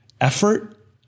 effort